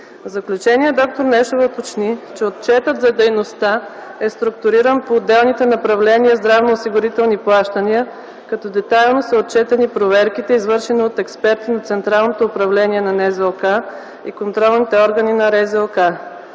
заключение, д-р Нешева уточни, че отчетът за дейността е структуриран по отделните направления здравноосигурителни плащания, като детайлно са отчетени проверките, извършени от експерти на Централното управление на НЗОК и контролните органи на РЗОК.